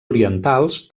orientals